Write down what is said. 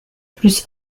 plus